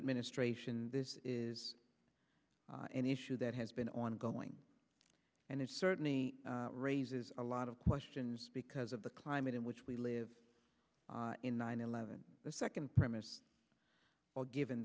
administration this is an issue that has been ongoing and it certainly raises a lot of questions because of the climate in which we live in nine eleven the second premise or given